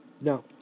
No